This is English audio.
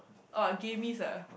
orh gamist ah